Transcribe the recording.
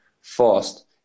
fast